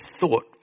thought